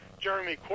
Jeremy